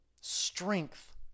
strength